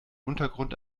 untergrund